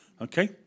Okay